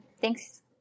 Thanks